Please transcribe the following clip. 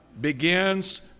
begins